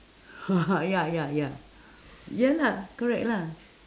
ya ya ya ya lah correct lah